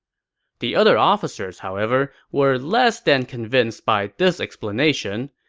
the other officers, however, were less than convinced by this explanation.